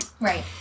Right